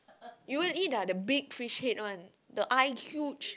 you want to eat ah the big fish head one the eye huge